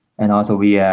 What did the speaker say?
and also we yeah